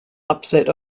upset